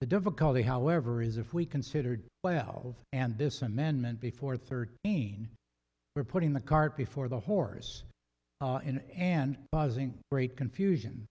the difficulty however is if we considered wells and this amendment before thirteen we're putting the cart before the horse in and buzzing great confusion